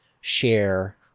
share